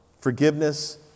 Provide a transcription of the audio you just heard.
forgiveness